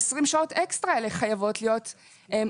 ה-20 שעות אקסטרה האלה חייבות להיות מתומחרות.